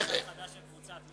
יש של קבוצת חד"ש וקבוצת מרצ.